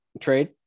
trade